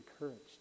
encouraged